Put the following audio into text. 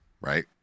right